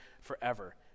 forever